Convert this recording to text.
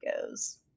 goes